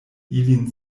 ilin